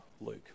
luke